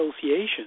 association